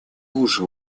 уже